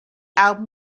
album